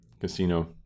casino